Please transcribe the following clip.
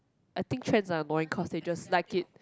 I think trends are annoying cause they just like it